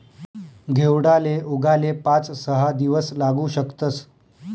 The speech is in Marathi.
घेवडाले उगाले पाच सहा दिवस लागू शकतस